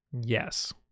Yes